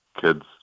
kids